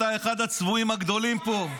אתה אחד הצבועים הגדולים פה,